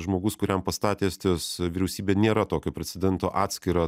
žmogus kuriam pastatė estijos vyriausybė nėra tokio precedento atskirą